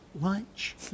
lunch